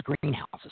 greenhouses